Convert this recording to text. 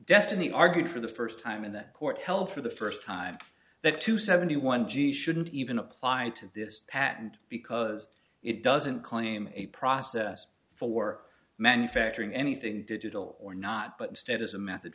destiny argued for the first time in that court held for the first time that two seventy one g shouldn't even apply to this patent because it doesn't claim a process for manufacturing anything digital or not but instead as a method